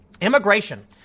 immigration